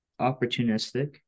Opportunistic